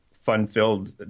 fun-filled